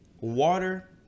water